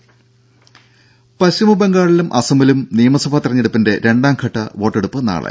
ദേദ പശ്ചിമ ബംഗാളിലും അസമിലും നിയമസഭാ തിരഞ്ഞെടുപ്പിന്റെ രണ്ടാം ഘട്ട വോട്ടെടുപ്പ് നാളെ